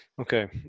Okay